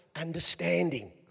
understanding